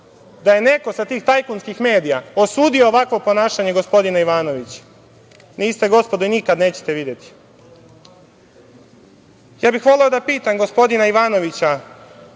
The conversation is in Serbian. da je neko sa tih tajkunskih medija osudio ovakvo ponašanje gospodina Ivanovića? Niste gospodo i nikada nećete videti. Ja bih voleo da pitam gospodina Ivanovića,